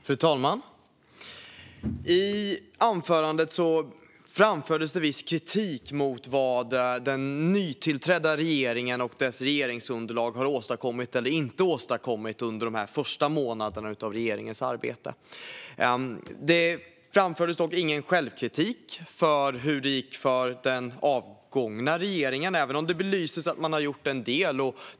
Fru talman! I anförandet framfördes det viss kritik mot vad den nytillträdda regeringen och dess regeringsunderlag har åstadkommit eller inte åstadkommit under de första månaderna av regeringens arbete. Det framfördes dock ingen självkritik i fråga om hur det gick för den avgångna regeringen, även om det belystes att man gjort en del.